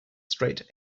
straight